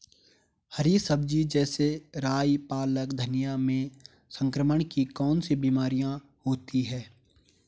हरी सब्जी जैसे राई पालक धनिया में संक्रमण की कौन कौन सी बीमारियां होती हैं?